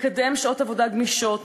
לקדם שעות עבודה גמישות,